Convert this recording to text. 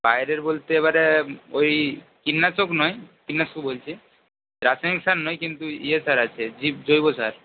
বাইরের বলতে এবারে ওই কীটনাশক নয় কীটনাশক বলছি রাসায়নিক সার নয় কিন্তু ইয়ে সার আছে জীব জৈব সার